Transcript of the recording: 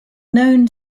known